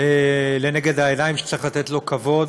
לנגד העיניים שצריך לתת לו כבוד